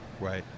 right